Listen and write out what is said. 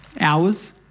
Hours